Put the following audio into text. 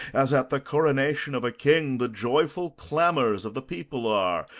as, at the coronation of a king, the joyful clamours of the people are,